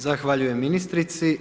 Zahvaljujem ministrici.